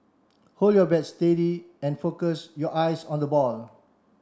hold your bat steady and focus your eyes on the ball